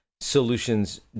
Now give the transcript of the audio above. solutions